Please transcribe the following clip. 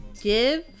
Give